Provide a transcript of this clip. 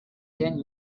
ten